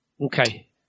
Okay